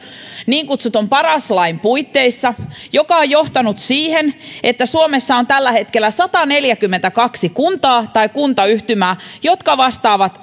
niin kutsutun paras lain puitteissa ja joka on johtanut siihen että suomessa on tällä hetkellä sataneljäkymmentäkaksi kuntaa tai kuntayhtymää jotka vastaavat